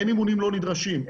אין אימונים לא נדרשים,